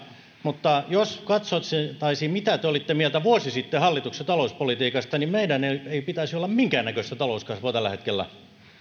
mutta jos katsottaisiin mitä te olitte mieltä vuosi sitten hallituksen talouspolitiikasta niin meillä ei pitäisi olla minkäännäköistä talouskasvua tällä hetkellä